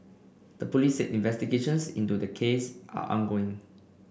the police said investigations into their cases are ongoing